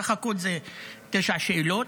בסך הכול תשע שאלות.